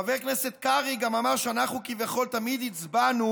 חבר הכנסת קרעי גם אמר שאנחנו כביכול תמיד הצבענו